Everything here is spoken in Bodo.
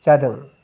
जादों